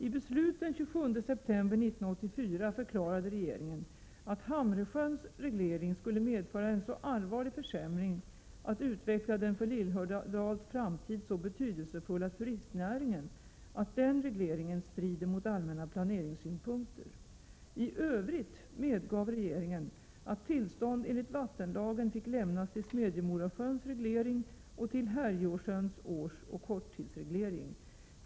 I beslut den 27 september 1984 förklarade regeringen att Hamresjöns reglering skulle medföra en så allvarlig försämring när det gäller att utveckla den för Lillhärdals framtid så betydelsefulla turistnäringen att den regleringen strider mot allmänna planeringssynpunkter. I övrigt medgav regeringen att tillstånd enligt vattenlagen fick lämnas till Smedjemorasjöns reglering och till Härjeåsjöns årsoch korttidsreglering.